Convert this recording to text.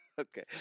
Okay